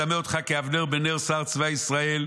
אדַמֶה אותך כאבנר בן נר שר צבא ישראל,